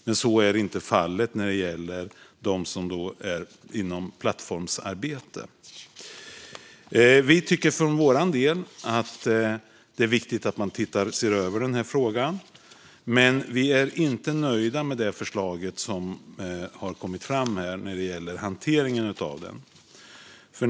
Men så är inte fallet när det gäller dem som är inom plattformsarbete. Vi tycker för vår del att det är viktigt att man tittar över den här frågan. Men vi är inte nöjda med det förslag som har kommit fram när det gäller hanteringen av detta.